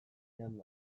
pilean